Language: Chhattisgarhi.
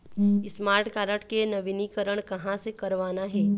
स्मार्ट कारड के नवीनीकरण कहां से करवाना हे?